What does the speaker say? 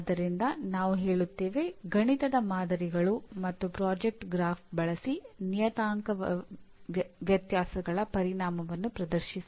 ಆದ್ದರಿಂದ ನಾವು ಹೇಳುತ್ತೇವೆ ಗಣಿತದ ಮಾದರಿಗಳು ಮತ್ತು ಪ್ಯಾಕೇಜ್ ಗ್ರಾಫ್ ಬಳಸಿ ನಿಯತಾಂಕ ವ್ಯತ್ಯಾಸಗಳ ಪರಿಣಾಮವನ್ನು ಪ್ರದರ್ಶಿಸಿ